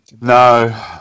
No